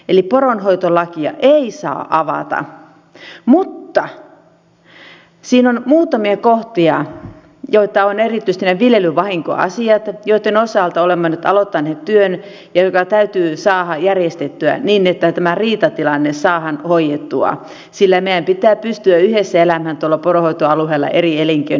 eli poronhoitolakia ei saa avata mutta siinä on muutamia kohtia erityisesti nämä viljelyvahinkoasiat joitten osalta olemme nyt aloittaneet työn ja jotka täytyy saada järjestettyä niin että tämä riitatilanne saadaan hoidettua sillä meidän pitää pystyä yhdessä elämään tuolla poronhoitoalueella eri elinkeinonharjoittajien kanssa